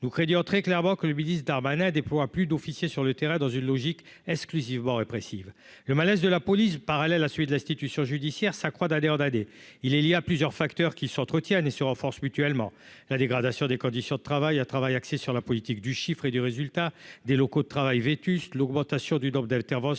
police crédit très clairement que le ministre Darmanin déploie plus d'officiers sur le terrain, dans une logique exclusivement répressive, le malaise de la police parallèle à celui de l'institution judiciaire s'accroît d'année en année il est il y a plusieurs facteurs qui s'entretiennent et se renforcent mutuellement la dégradation des conditions de travail, à travail axé sur la politique du chiffre et du résultat des locaux de travail vétuste, l'augmentation du nombre d'Alter vention,